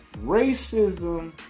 Racism